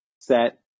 set